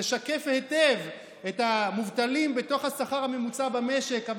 תשקף היטב את המובטלים בתוך השכר הממוצע במשק.